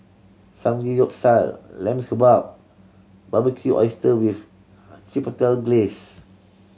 Samgeyopsal Lamb Kebab and Barbecued Oyster with Chipotle Glaze